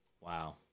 Wow